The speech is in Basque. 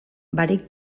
barik